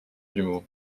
d’humour